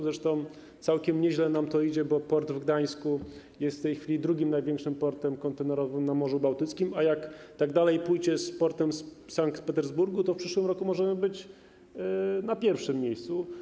Zresztą całkiem nieźle nam to idzie, bo port w Gdańsku jest w tej chwili drugim największym portem kontenerowym na Morzu Bałtyckim, a jak tak dalej pójdzie z portem w Sankt Petersburgu, to w przyszłym roku możemy być na pierwszym miejscu.